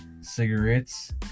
cigarettes